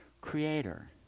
creator